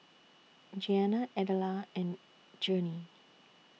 Jeana Adela and Journey